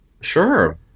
sure